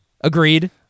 Agreed